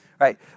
Right